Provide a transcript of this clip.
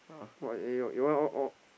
!wah! eh your your one all all